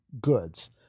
goods